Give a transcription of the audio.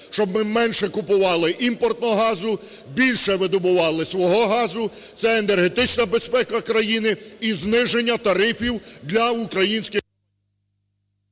щоб ми менше купували імпортного газу, більше видобували свого газу, це енергетична безпека країни і зниження тарифів для українських…